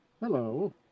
hello